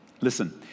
listen